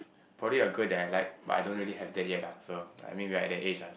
probably a girl that I like but I don't really have that yet ah so I mean we're at that age ah